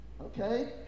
Okay